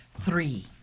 Three